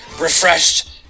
refreshed